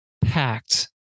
packed